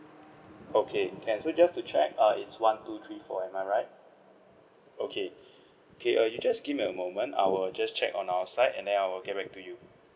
okay can so just to check err it's one two three four am I right okay okay err you just give me a moment I will just check on our side and then I will get back to you